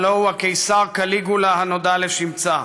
הלוא הוא הקיסר קליגולה הנודע לשמצה,